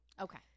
Okay